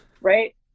Right